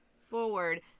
forward